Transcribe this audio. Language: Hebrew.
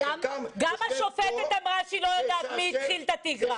שחלקם יושב פה --- גם השופטת אמרה שהיא לא יודעת מי התחיל את התגרה.